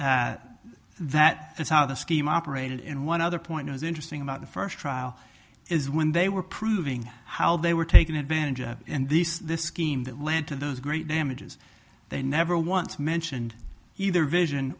describes that that is how the scheme operated and one other point was interesting about the first trial is when they were proving how they were taken advantage of and this is the scheme that led to those great damages they never once mentioned either vision